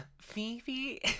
Fifi